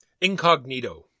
Incognito